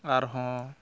ᱟᱨᱦᱚᱸ